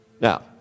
Now